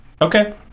okay